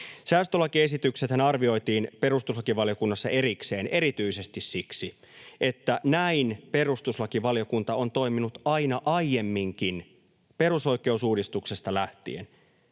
Säästölakiesityksethän arvioitiin perustuslakivaliokunnassa erikseen erityisesti siksi, että näin perustuslakivaliokunta on toiminut aina aiemminkin perusoikeusuudistuksesta lähtien.